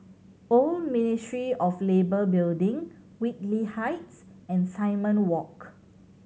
Old Ministry of Labour Building Whitley Heights and Simon Walk